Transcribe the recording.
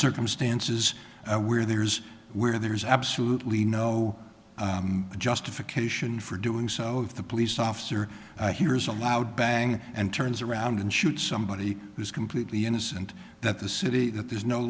circumstances where there's where there's absolutely no justification for doing so if the police officer hears a loud bang and turns around and shoot somebody who's completely innocent that the city that there's no